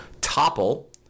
Topple